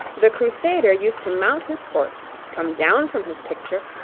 the crusader used to mount his horse, come down from his picture,